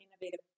innovative